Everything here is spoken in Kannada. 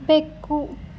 ಬೆಕ್ಕು